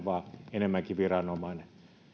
enemmänkin viranomainen